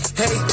hey